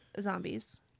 zombies